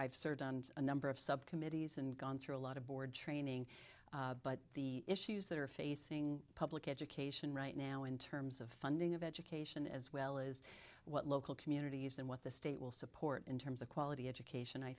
on a number of subcommittees and gone through a lot of board training but the issues that are facing public education right now in terms of funding of education as well as what local communities than what the state will support in terms of quality education i